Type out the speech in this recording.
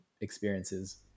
experiences